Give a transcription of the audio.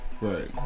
Right